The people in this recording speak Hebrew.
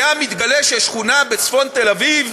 היה מתגלה ששכונה בצפון תל-אביב,